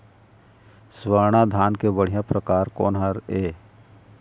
स्वर्णा धान के बढ़िया परकार कोन हर ये?